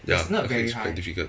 ya I think it's quite difficult